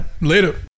Later